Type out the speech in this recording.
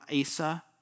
Asa